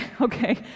okay